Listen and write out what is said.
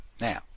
Now